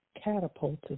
catapulted